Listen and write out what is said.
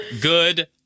Good